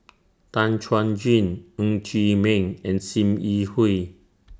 Tan Chuan Jin Ng Chee Meng and SIM Yi Hui